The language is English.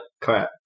crap